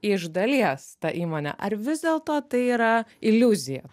iš dalies ta įmonė ar vis dėlto tai yra iliuzija